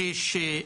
כן.